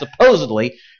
supposedly